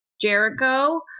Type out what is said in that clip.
Jericho